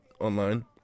online